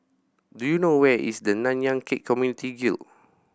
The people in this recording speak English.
do you know where is the Nanyang Khek Community Guild